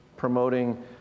promoting